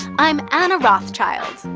i'm anna rothschild,